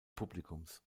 publikums